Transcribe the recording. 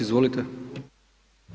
Izvolite.